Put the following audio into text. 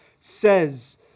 says